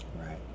Right